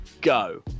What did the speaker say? Go